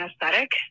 anesthetic